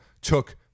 took